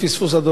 אדוני השר.